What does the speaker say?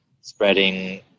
spreading